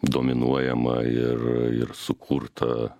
dominuojama ir ir sukurta